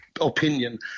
opinion